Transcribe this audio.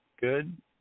Good